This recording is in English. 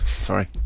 sorry